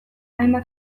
hainbat